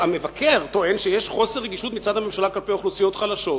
המבקר טוען שיש חוסר רגישות מצד הממשלה כלפי אוכלוסיות חלשות.